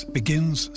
begins